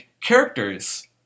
Characters